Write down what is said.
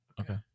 Okay